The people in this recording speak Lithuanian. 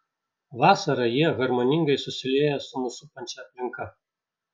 vasarą jie harmoningai susilieja su mus supančia aplinka